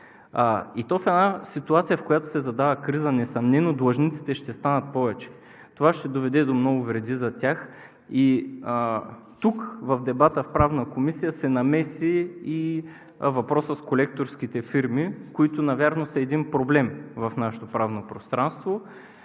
И то в една ситуация, в която се задава криза – несъмнено длъжниците ще станат повече. Това ще доведе до много вреди за тях. И тук в дебата в Правната комисия се намеси и въпросът с колекторските фирми, които навярно са един проблем в нашето правно пространство